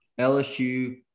LSU